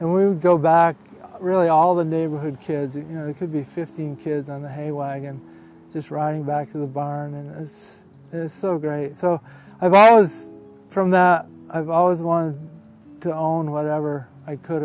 and we would go back really all the neighborhood kids you know you could be fifteen kids on the hay wagon this running back to the barn and it was so great so i was from that i've always wanted to own whatever i could